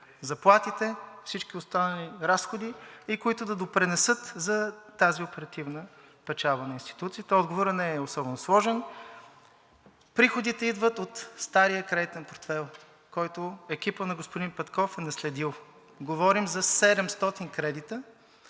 заплатите, всички останали разходи и които да допринесат за тази оперативна печалба на институцията? Отговорът не е особено сложен – приходите идват от стария кредитен портфейл, който екипът на господин Петков е наследил. Говорим за 700 кредита,